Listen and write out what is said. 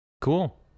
Cool